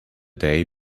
day